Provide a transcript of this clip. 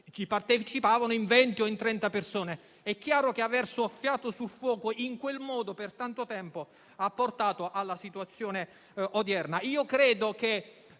cui partecipavano 20 o 30 persone. È chiaro che aver soffiato sul fuoco in quel modo per tanto tempo ha portato alla situazione odierna.